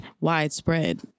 widespread